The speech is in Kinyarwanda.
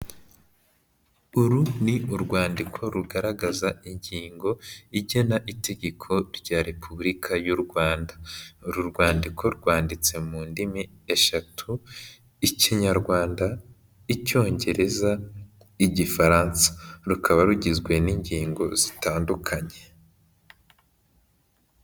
Uru ni urwandiko rugaragaza ingingo igena itegeko rya repubulika y'u Rwanda. Uru rwandiko rwanditse mu ndimi eshatu ikinyarwanda, icyongereza, igifaransa rukaba rugizwe n'ingingo zitandukanye.